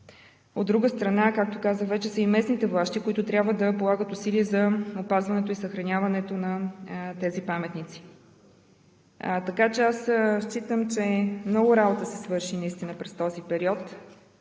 От друга страна, както казах, са и местните власти, които трябва да полагат усилия за опазването и съхраняването на тези паметници. Считам, че наистина много работа се свърши през този период.